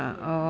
ya